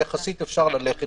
שיחסית אפשר ללכת אתו.